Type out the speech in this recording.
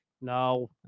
No